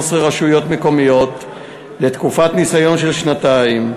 רשויות מקומיות לתקופת ניסיון של שנתיים,